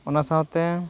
ᱚᱱᱟ ᱥᱟᱶᱛᱮ